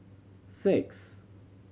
six